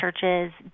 churches